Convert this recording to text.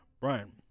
Brian